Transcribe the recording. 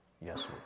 yes